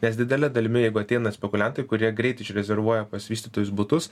nes didele dalimi jeigu ateina spekuliantai kurie greit išrezervuoja pas vystytojus butus